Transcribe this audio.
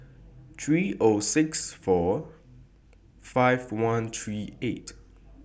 three Zero six four five one three eight